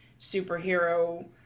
superhero